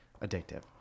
addictive